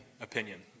opinion